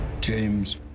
James